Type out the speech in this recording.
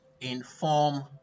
inform